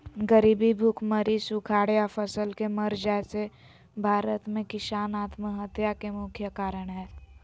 गरीबी, भुखमरी, सुखाड़ या फसल के मर जाय से भारत में किसान आत्महत्या के मुख्य कारण हय